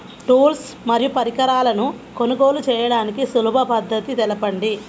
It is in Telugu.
టూల్స్ మరియు పరికరాలను కొనుగోలు చేయడానికి సులభ పద్దతి తెలపండి?